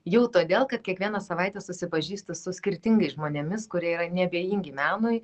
jau todėl kad kiekvieną savaitę susipažįstu su skirtingais žmonėmis kurie yra neabejingi menui